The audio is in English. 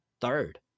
third